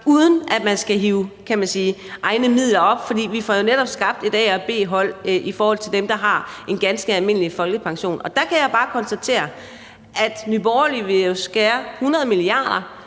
hive, kan man sige, egne midler op. For vi får jo netop skabt et A- og et B-hold i forhold til dem, der har en ganske almindelig folkepension. Og der kan jeg bare konstatere, at Nye Borgerlige vil skære hundrede milliarder